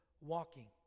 walking